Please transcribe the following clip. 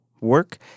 work